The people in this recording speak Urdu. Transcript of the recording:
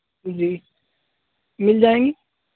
جی مل جائیں گی